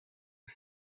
was